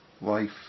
Life